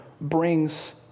brings